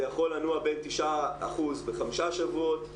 זה יכול לנוע בין 9% בחמישה שבועות,